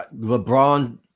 LeBron